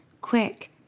quick